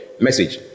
Message